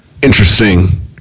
Interesting